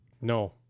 No